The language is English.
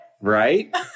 Right